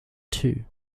two